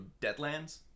Deadlands